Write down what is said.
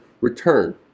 return